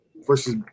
versus